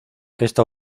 esta